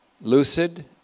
lucid